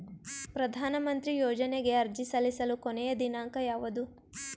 ಪ್ರಧಾನ ಮಂತ್ರಿ ಯೋಜನೆಗೆ ಅರ್ಜಿ ಸಲ್ಲಿಸಲು ಕೊನೆಯ ದಿನಾಂಕ ಯಾವದು?